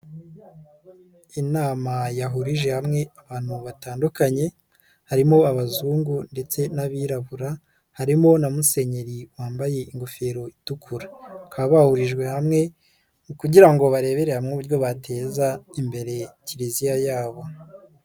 Inama yahurije hamwe abantu batandukanye harimo abazungu ndetse n'abirabura harimo na Musenyeri wambaye ingofero itukura, bakaba bahurijwe hamwe kugira ngo barebere hamwe uburyo bateza imbere Kiliziya yabo.